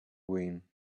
win